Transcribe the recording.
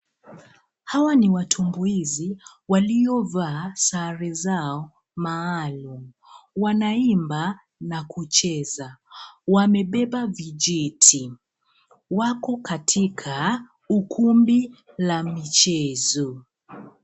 Hawa ni watumbuizi waliovaa sare zao maalum. Wanaimba na kucheza. Wamebeba vijiti . Wako katika ukumbi la michezo.